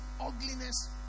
ugliness